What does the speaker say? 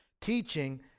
teaching